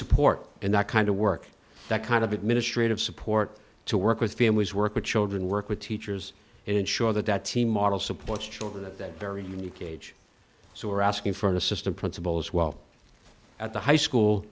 support and that kind of work that kind of administrative support to work with families work with children work with teachers and ensure that that team model supports children that very unique age so we're asking for an assistant principal as well at the high school